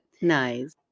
Nice